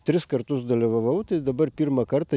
tris kartus dalyvavau tai dabar pirmą kartą